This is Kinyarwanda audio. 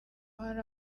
hari